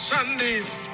Sunday's